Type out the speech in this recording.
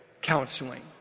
counseling